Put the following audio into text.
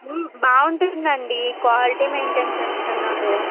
బాగుంటుందండి quality maintain చేస్తున్నారు